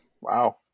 Wow